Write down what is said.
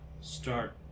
start